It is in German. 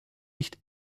nicht